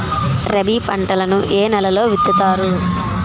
రబీ పంటలను ఏ నెలలో విత్తుతారు?